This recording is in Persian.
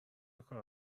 کار